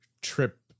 trip